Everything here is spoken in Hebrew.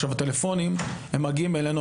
עכשיו, הטלפונים הם מגיעים אלינו.